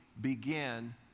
begin